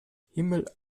himmel